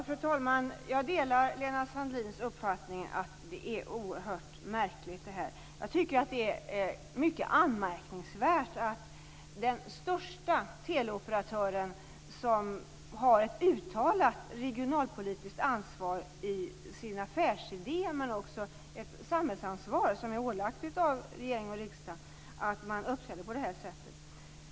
Fru talman! Jag delar Lena Sandlins uppfattning att detta är oerhört märkligt. Jag tycker att det är mycket anmärkningsvärt att den största teleoperatören, som har ett uttalat regionalpolitiskt ansvar i sin affärsidé, men också ett samhällsansvar ålagt av regering och riksdag, uppträder på det sättet.